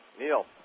Neil